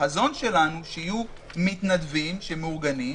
החזון שלנו, שיהיו מתנדבים שמעוגנים,